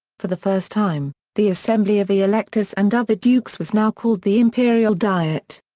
for the first time, the assembly of the electors and other dukes was now called the imperial diet.